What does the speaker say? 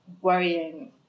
worrying